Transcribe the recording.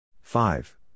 Five